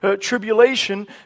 tribulation